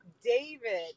david